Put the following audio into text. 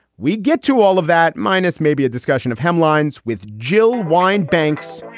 we get to all of that minus maybe a discussion of hemlines with jill wine banks.